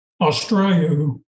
Australia